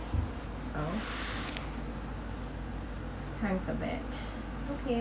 oh times are bad okay